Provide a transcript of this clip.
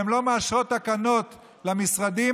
הן לא מאשרות תקנות למשרדים,